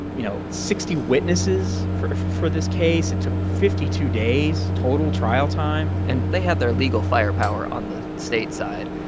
you know, sixty witnesses for for this case. it took fifty two days total trial time and they had their legal firepower on the state side,